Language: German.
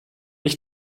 ich